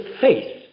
faith